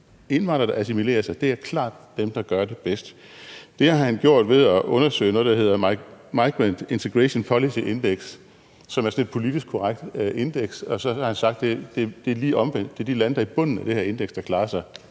Indvandrere, der assimilerer sig, er klart dem, der gør det bedst. Det har han fundet frem til ved at undersøge noget, der hedder migrant Integration Policy Index, som er sådan et politisk korrekt indeks, og så har han sagt, at det er lige omvendt. Det er de lande, der er i bunden af det her indeks, der klarer sig